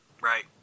Right